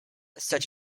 such